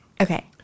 Okay